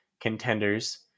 contenders